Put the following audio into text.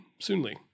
soonly